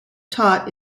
taught